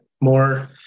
more